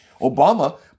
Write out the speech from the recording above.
Obama